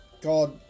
God